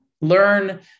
learn